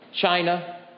China